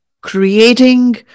creating